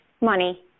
Money